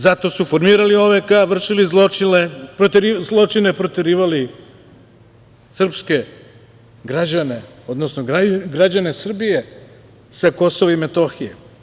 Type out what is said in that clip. Zato su formirali OVK, vršili zločine, proterivali srpske građane, odnosno građane Srbije sa Kosova i Metohije.